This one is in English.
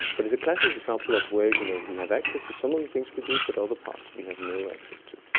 but it's a classic example of where you know we have access to some of the things we do, but other parts we have no access to.